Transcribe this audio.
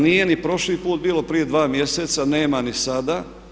Nije ni prošli put bilo, prije dva mjeseca, nema ni sada.